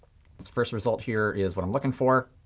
first result here is what i'm looking for.